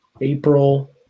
april